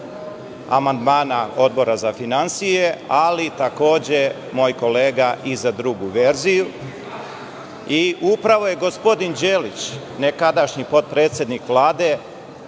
amandmana Odbora za finansije, ali, takođe, moj kolega i za drugu verziju. Upravo je gospodin Đelić, nekadašnji potpredsednik Vlade,